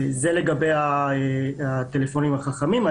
זה לגבי הטלפונים החכמים.